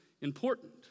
important